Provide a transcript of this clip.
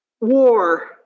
war